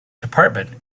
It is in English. department